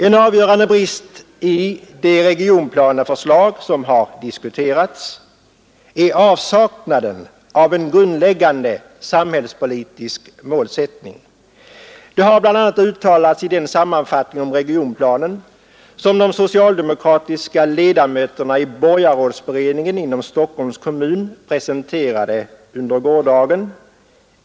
En avgörande brist i det regionplaneförslag som har diskuterats är avsaknaden av en grundläggande samhällspolitisk målsättning. Det har bl.a. uttalats i den sammanfattning om regionplanen som de socialdemokratiska ledamöterna i borgarrådsbered ningen inom Stockholms kommun presenterade under gårdagen.